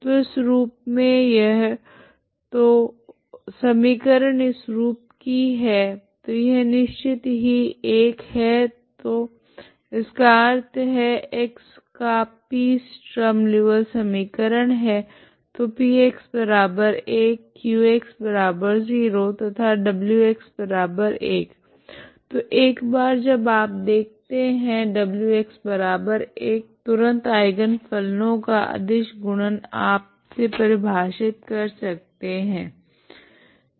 तो इस रूप मे यह तो समीकरण इस रूप की है तो यह निश्चित ही एक है तो इसका अर्थ है x का P स्ट्रीम लीऔविल्ले समीकरण है तो p1q0 तथा w1 तो एक बार जब आप देखते है w1 तुरंत आइगन फलनों का अदिश गुणन आप से परिभाषित कर सकते है